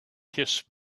kiss